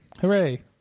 Hooray